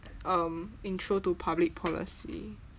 um introduction to public policy